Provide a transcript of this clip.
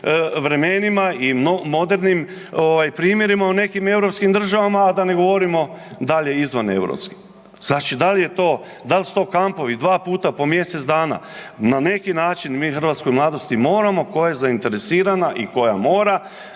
vremenima i modernih ovaj primjerima u nekim europskim državama, a da ne govorimo dalje izvan europskih, znači dal' je to, dal' su to kampovi dva puta po mjesec dana, na neki način mi hrvatskoj mladosti moramo koja je zainteresirana i koja mora,